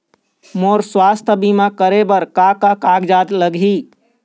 मोर स्वस्थ बीमा करे बर का का कागज लगही?